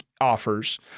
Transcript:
offers